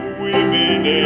women